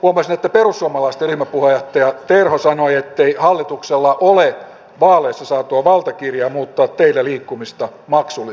huomasin että perussuomalaisten ryhmäpuheenjohtaja terho sanoi ettei hallituksella ole vaaleissa saatua valtakirjaa muuttaa teillä liikkumista maksulliseksi